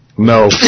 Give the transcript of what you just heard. No